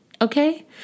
Okay